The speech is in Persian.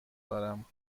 دارم